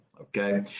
okay